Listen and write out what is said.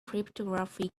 cryptography